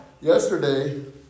Yesterday